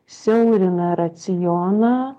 siaurina racioną